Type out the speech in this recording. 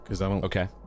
Okay